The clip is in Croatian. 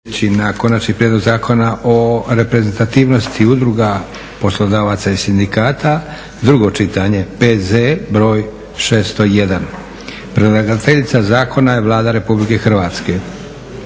- Konačni prijedlog Zakona o reprezentativnosti udruga poslodavaca i sindikata, drugo čitanje, P.Z. br. 601 Predlagateljica zakona je Vlada RH.